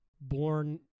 born